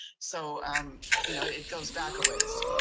so um you know it goes back a ways.